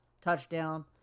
touchdown